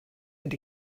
fynd